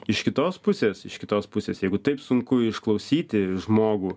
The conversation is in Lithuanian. iš kitos pusės iš kitos pusės jeigu taip sunku išklausyti žmogų